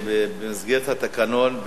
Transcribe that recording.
במסגרת התקנון,